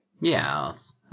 Yes